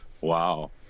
Wow